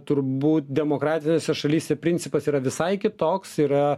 turbūt demokratinėse šalyse principas yra visai kitoks yra